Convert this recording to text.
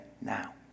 now